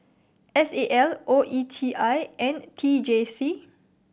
S A L O E T I and T J C